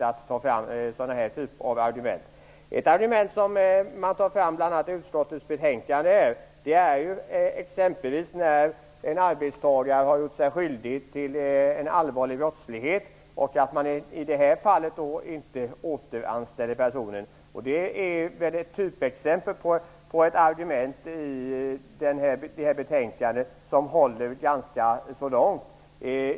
Ett exempel som tas fram i utskottets betänkande är det fallet där en arbetsgivare har gjort sig skyldig till allvarlig brottslighet och inte återanställer en person. Det är ett typexempel på ett argument som håller ganska långt.